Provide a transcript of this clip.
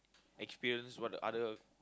experience what the other